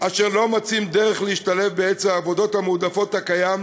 אשר לא מוצאים דרך להשתלב בהיצע העבודות המועדפות הקיים,